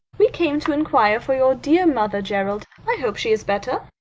we came to inquire for your dear mother, gerald. i hope she is better?